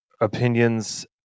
opinions